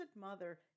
mother